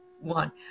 one